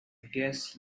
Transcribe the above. guess